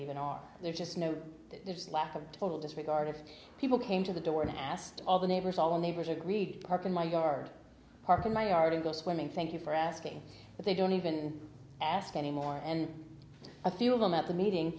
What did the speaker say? even are there just know there's lack of total disregard of people came to the door and asked all the neighbors all the neighbors agreed to park in my yard parked in my r to go swimming thank you for asking but they don't even ask anymore and a few of them at the meeting